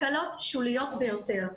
הקלות שוליות ביותר.